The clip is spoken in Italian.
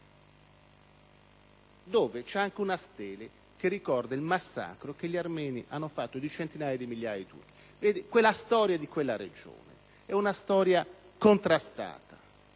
dove c'è una stele che ricorda il massacro che gli armeni hanno fatto di centinaia di migliaia di turchi. La storia di quella regione è perciò contrastata,